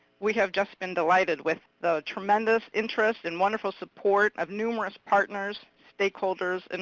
we have just been delighted with the tremendous interest and wonderful support of numerous partners, stakeholders, and